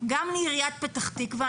גם לעיריית פתח תקווה,